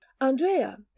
Andrea